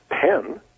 pen